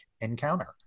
encounter